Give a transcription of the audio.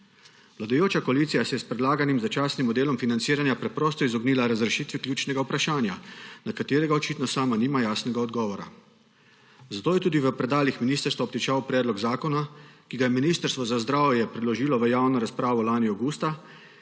Vladajoča koalicija se je s predlaganim začasnim modelom financiranja preprosto izognila razrešitvi ključnega vprašanja, na katerega očitno sama nima jasnega odgovora. Zato je tudi v predalih ministrstva obtičal predlog zakona, ki ga je Ministrstvo za zdravje predložilo v javno razpravo lani avgusta,